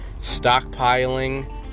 stockpiling